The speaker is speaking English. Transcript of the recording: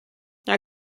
now